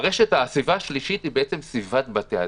הסביבה השלישית היא בעצם סביבת בתי-הדין.